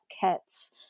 cats